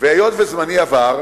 היות שזמני עבר,